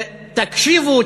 תקשיבו,